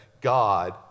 God